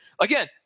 Again